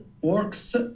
works